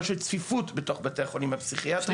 של צפיפות בתוך בתי החולים הפסיכיאטרים.